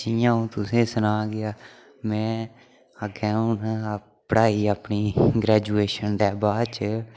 जियां हून तुसें सनां कि मैं अग्गें हून पढ़ाई अपनी ग्रैजूएशन दे बाद च